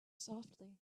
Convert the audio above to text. softly